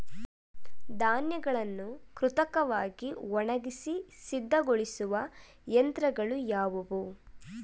ಧಾನ್ಯಗಳನ್ನು ಕೃತಕವಾಗಿ ಒಣಗಿಸಿ ಸಿದ್ದಗೊಳಿಸುವ ಯಂತ್ರಗಳು ಯಾವುವು?